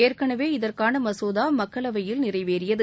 ஏற்கெனவே இதற்கான மசோதா மக்களவையில் நிறைவேறியது